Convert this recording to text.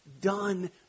Done